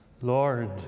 Lord